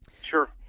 Sure